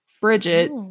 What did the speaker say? Bridget